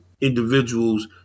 individuals